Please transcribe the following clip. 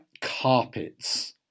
carpets